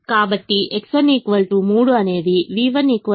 కాబట్టి X1 3 అనేది v1 0 ను సూచిస్తుంది